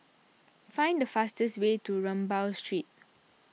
find the fastest way to Rambau Street